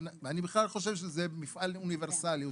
אני בכלל חושב שזה מפעל אוניברסלי.